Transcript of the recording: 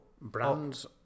Brands